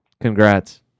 congrats